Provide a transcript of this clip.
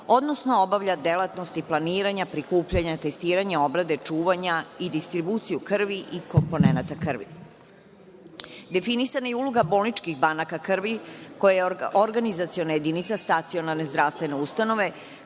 odnosno obavlja delatnosti planiranja, prikupljanja, testiranja, obrade, čuvanja i distribuciju krvi i komponenata krvi. Definisana je i uloga bolničkih banaka krvi koja je organizaciona jedinica stacionarne zdravstvene ustanove,